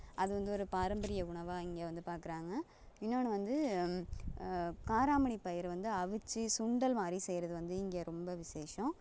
அது வந்து ஒரு பாரம்பரிய உணவாக இங்கே வந்து பார்க்குறாங்க இன்னொன்று வந்து காராமணி பயிறு வந்து அவிச்சி சுண்டல் மாதிரி செய்கிறது வந்து இங்கே ரொம்ப விசேஷம்